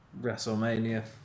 WrestleMania